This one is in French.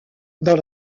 dans